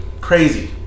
Crazy